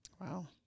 Wow